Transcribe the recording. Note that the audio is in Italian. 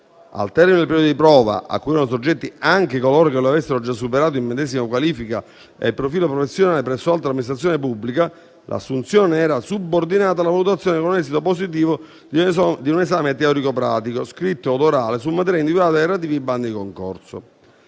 al termine del periodo di prova, a cui erano soggetti anche coloro che lo avessero già superato in medesima qualifica e profilo professionale presso altra amministrazione pubblica, l'assunzione era subordinata alla valutazione con esito positivo di un esame teorico-pratico, scritto od orale, sulle materie individuate dai relativi bandi di concorso.